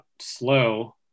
slow